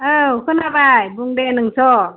औ खोनाबाय बुं दे नोंस'